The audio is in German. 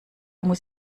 muss